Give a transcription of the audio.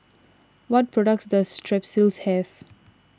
what products does Strepsils have